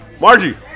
Margie